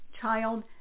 Child